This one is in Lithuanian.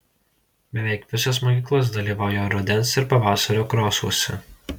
beveik visos mokyklos dalyvauja rudens ir pavasario krosuose